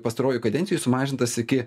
pastaruojoj kadencijoj sumažintas iki